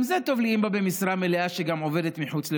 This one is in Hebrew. גם זה טוב לאימא במשרה מלאה שגם עובדת מחוץ לביתה.